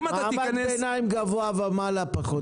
מעמד ביניים, מעמד גבוה ומעלה פחות משתמשים.